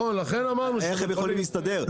איך הם יכולים להסתדר?